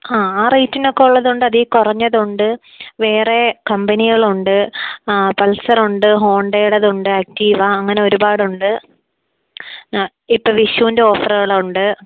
ആ ആ റേറ്റിനൊക്കെ ഉള്ളതുണ്ട് അതിൽ കുറഞ്ഞതുണ്ട് വേറെ കമ്പനികൾ ഉണ്ട് പൾസർ ഉണ്ട് ഹോണ്ടയുടേതുണ്ട് ആക്ടീവ അങ്ങനെ ഒരുപാടുണ്ട് ആ ഇപ്പം വിഷുവിൻ്റെ ഓഫറുകൾ ഉണ്ട്